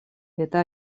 это